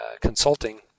consulting